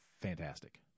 fantastic